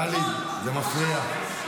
טלי, זה מפריע.